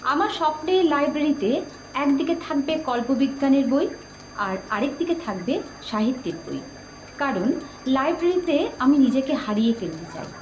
আমার স্বপ্নের লাইব্রেরিতে একদিকে থাকবে কল্প বিজ্ঞানের বই আর আরেক দিকে থাকবে সাহিত্যের বই কারণ লাইব্রেরিতে আমি নিজেকে হারিয়ে ফেলতে চাই